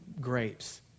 grapes